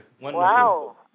Wow